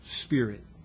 spirit